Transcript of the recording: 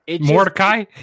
Mordecai